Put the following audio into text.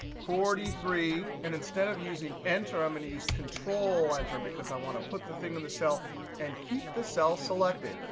forty three. and instead of using enter, i'm going to use control enter, because i want to put the thing in the cell and keep the cell selected.